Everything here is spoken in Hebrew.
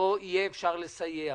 שבו יהיה אפשר לסייע.